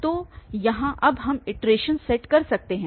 तो यहाँ अब हम इटरेशन सेट कर सकते हैं